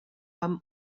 amb